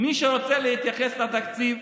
מי שרוצה להתייחס לתקציב,